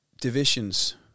divisions